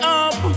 up